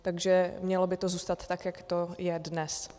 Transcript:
Takže mělo by to zůstat tak, jak to je dnes.